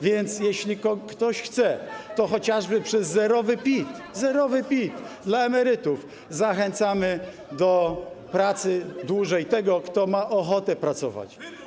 Więc jeśli ktoś chce, to chociażby przez zerowy PIT dla emerytów zachęcamy do pracy dłużej tego, kto ma ochotę pracować.